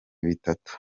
bitatu